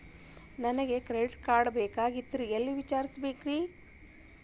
ನನಗೆ credit card ಬೇಕಾಗಿತ್ರಿ ಎಲ್ಲಿ ವಿಚಾರಿಸಬೇಕ್ರಿ?